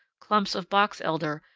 clumps of box elder,